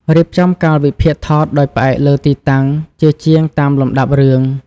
រៀបចំកាលវិភាគថតដោយផ្អែកលើទីតាំងជាជាងតាមលំដាប់រឿង។